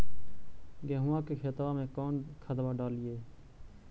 गेहुआ के खेतवा में कौन खदबा डालिए?